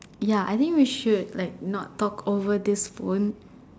ya I think we should like not talk over this phone